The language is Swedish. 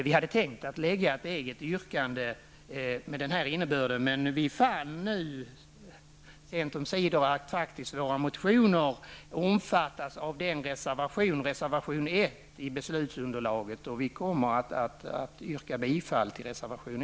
Vi hade tänkt lägga fram ett eget yrkande med denna innebörd, men vi fann sent omsider att våra motioner omfattas av reservation nr 1 i beslutsunderlaget, och vi kommer att yrka bifall till denna reservation.